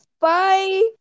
Bye